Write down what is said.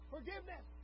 Forgiveness